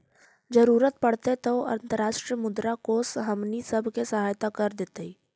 जरूरत पड़तई तब अंतर्राष्ट्रीय मुद्रा कोश हमनी सब के सहायता कर देतई